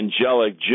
angelic